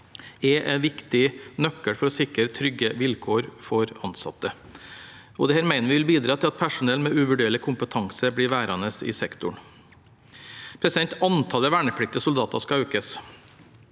er en viktig nøkkel for å sikre trygge vilkår for ansatte. Dette mener vi vil bidra til at personell med uvurderlig kompetanse blir værende i sektoren. Antallet vernepliktige soldater skal økes.